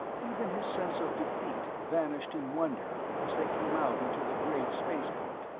even his sense of defeat vanished in wonder as they came out into the great spaceport.